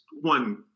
one